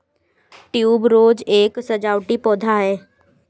tuberose एक सजावटी पौधा है